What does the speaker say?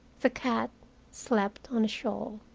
the cat slept on the shawl.